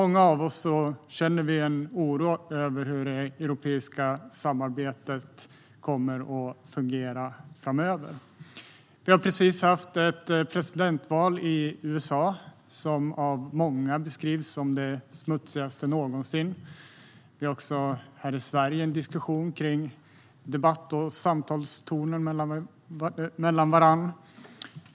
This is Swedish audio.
Många av oss känner en oro över hur det europeiska samarbetet kommer att fungera framöver. Vi har precis haft ett presidentval i USA som av många beskrivs som det smutsigaste någonsin. Vi har också här i Sverige en diskussion om debatt och samtalstonen mellan varandra.